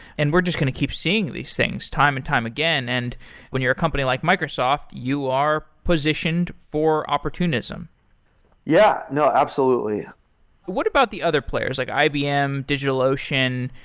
and we're just going to keep seeing these things time and time again. and when you're a company like microsoft, you are positioned for opportunism yeah. absolutely what about the other players, like ibm, digital ocean?